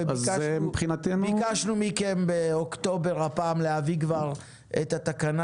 מבחינתנו --- ביקשנו מכם באוקטובר להביא את התקנה